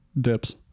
dips